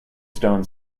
stone